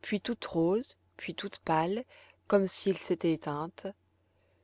puis toute rose puis toute pâle comme si elle s'était éteinte